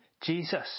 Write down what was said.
Jesus